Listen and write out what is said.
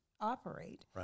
operate